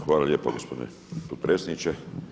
Hvala lijepo gospodine potpredsjedniče.